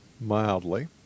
mildly